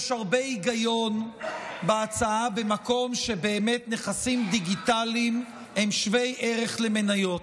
יש הרבה היגיון בהצעה במקום שבאמת נכסים דיגיטליים הם שווי ערך למניות,